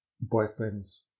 boyfriend's